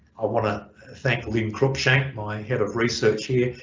i want to thank lynn cruikshank my head of research here,